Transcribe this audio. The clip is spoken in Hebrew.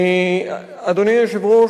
אדוני היושב-ראש,